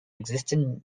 existing